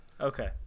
Okay